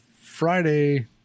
friday